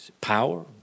Power